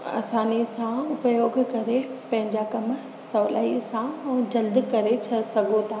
असानी सां उपयोग करे पंहिंजा कमु सवलाईअ सां ऐं जल्द करे छा सघो था